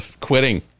quitting